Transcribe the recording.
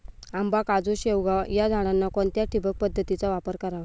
आंबा, काजू, शेवगा या झाडांना कोणत्या ठिबक पद्धतीचा वापर करावा?